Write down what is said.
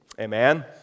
Amen